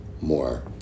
more